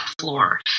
floor